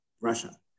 Russia